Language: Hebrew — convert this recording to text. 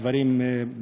הדברים,